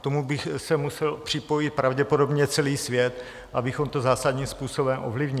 K tomu by se musel připojit pravděpodobně celý svět, abychom to zásadním způsobem ovlivnili.